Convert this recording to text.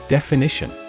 Definition